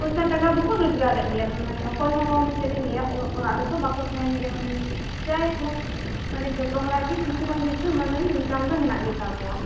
ᱯᱚᱭᱥᱟ ᱴᱟᱠᱟ ᱫᱚᱠᱚ ᱨᱚᱡᱜᱟᱨᱮᱫ ᱜᱮᱭᱟ ᱢᱟᱱᱮ ᱚᱠᱚᱭᱦᱚᱸ ᱪᱮᱫᱞᱤᱝ ᱞᱟ ᱭᱟ ᱚᱲᱟᱜ ᱨᱮᱫᱚ ᱵᱟᱠᱚ ᱛᱟᱦᱮᱱ ᱜᱮᱭᱟ ᱢᱟᱱᱮ ᱡᱟᱭᱦᱳᱠ ᱢᱟᱱᱮ ᱡᱚᱛᱚ ᱦᱚᱲᱟᱜ ᱜᱮ ᱠᱤᱪᱷᱩ ᱵᱟᱝ ᱠᱤᱪᱷᱩ ᱢᱟᱱᱮ ᱤᱱᱠᱟᱢ ᱫᱚ ᱦᱮᱱᱟᱜ ᱜᱮᱛᱟᱠᱚᱣᱟ